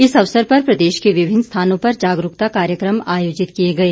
इस अवसर पर प्रदेश के विभिन्न स्थानों पर जागरूकता कार्यक्रम आयोजित किए गए